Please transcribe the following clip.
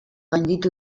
gainditu